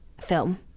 film